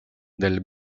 del